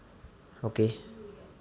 okay